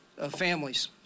families